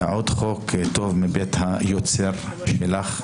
זה עוד חוק טוב מבית היוצר שלך,